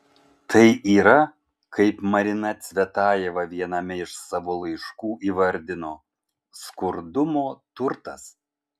tai yra kaip marina cvetajeva viename iš savo laiškų įvardino skurdumo turtas